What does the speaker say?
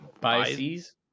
biases